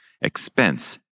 Expense